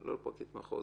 לא לפרקליט מחוז.